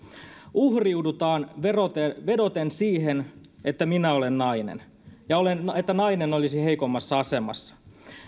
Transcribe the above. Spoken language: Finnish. uhriudutaan vedoten siihen että minä olen nainen ja että nainen olisi heikommassa asemassa